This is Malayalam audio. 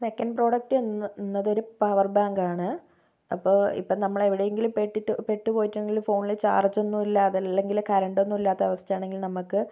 സെക്കന്റ് പ്രോഡക്റ്റ് എന്ന് എന്നതൊരു പവർ ബാങ്കാണ് അപ്പോൾ ഇപ്പോൾ നമ്മളെവിടെയെങ്കിലും പെട്ടിട്ട് പെട്ടുപോയിട്ടുണ്ടെങ്കിൽ ഫോണിൽ ചാർജ്ജൊന്നുമില്ല അതല്ലെങ്കിൽ കറണ്ടൊന്നും ഇല്ലാത്ത അവസ്ഥയാണെങ്കിൽ നമുക്ക്